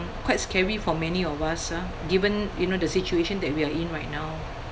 quite scary for many of us ah given you know the situation that we're in right now